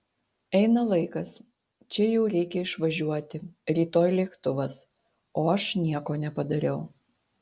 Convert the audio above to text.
eina laikas čia jau reikia išvažiuoti rytoj lėktuvas o aš nieko nepadariau